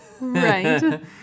Right